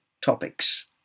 topics